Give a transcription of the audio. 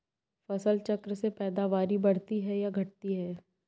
फसल चक्र से पैदावारी बढ़ती है या घटती है?